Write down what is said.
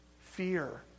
fear